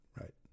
Right